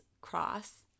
cross –